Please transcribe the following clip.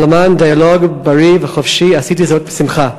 אבל למען דיאלוג בריא וחופשי עשיתי זאת בשמחה.